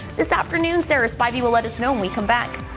this afternoon sarah's body will let us know we come back.